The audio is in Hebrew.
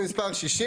מספר 71?